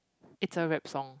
it's a rap song